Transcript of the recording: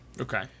okay